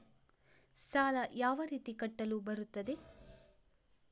ಸಾಲ ಯಾವ ರೀತಿ ಕಟ್ಟಲು ಬರುತ್ತದೆ?